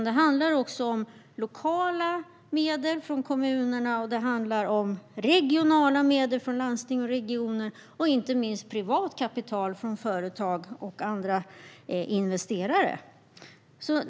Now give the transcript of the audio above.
Det handlar också om lokala medel från kommunerna, om regionala medel från landsting och regioner och inte minst om privat kapital från företag och andra investerare.